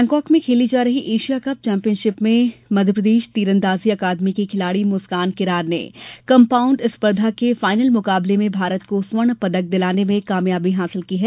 Asia cup Bangkok में खेली जा रही एशिया कप चैंपियनशिप में मध्यप्रदेश तीरंदाजी अकादमी की खिलाड़ी मुस्कान किरार ने कम्पाउण्ड स्पर्धा के फाइनल मुकाबले में भारत को स्वर्णपदक दिलाने में कामयाबी हासिल की है